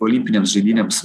olimpinėms žaidynėms